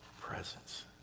presence